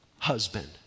Husband